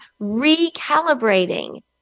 recalibrating